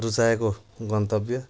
रुचाएको गन्तव्य